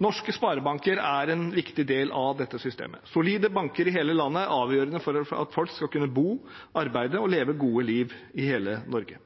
Norske sparebanker er en viktig del av dette systemet. Solide banker i hele landet er avgjørende for at folk skal kunne bo, arbeide og leve et godt liv i hele Norge.